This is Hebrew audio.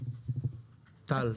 טל.